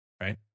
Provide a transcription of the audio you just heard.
right